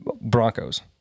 Broncos